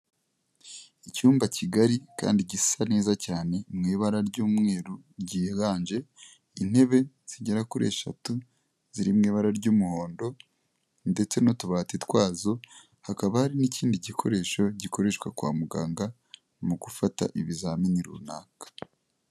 Icyumba kigari kandi gisa neza cyane mu ibara ry'umweru ryiganje, intebe zigera kuri eshatu, ziri mu ibara ry'umuhondo ndetse n'utubati twazo, hakaba hari n'ikindi gikoresho gikoreshwa kwa muganga, mu gufata ibizamini runaka.